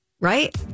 Right